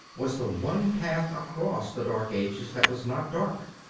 was the one path across the dark ages that was not dark.